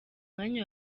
mwanya